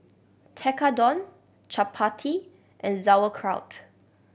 Tekkadon Chapati and Sauerkraut